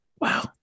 wow